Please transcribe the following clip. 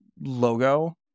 logo